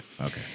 Okay